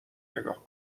نگاه